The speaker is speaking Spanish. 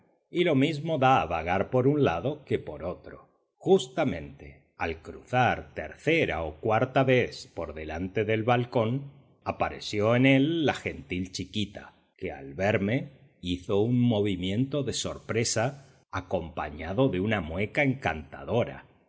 y lo mismo da vagar por un lado que por otro justamente al cruzar tercera o cuarta vez por delante del balcón apareció en él la gentil chiquita que al verme hizo un movimiento de sorpresa acompañado de una mueca encantadora